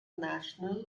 national